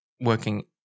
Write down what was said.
working